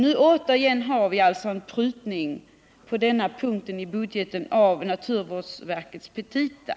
Nu har vi alltså återigen en prutning på den punkt i budgeten som avser naturvårdsverkets petita.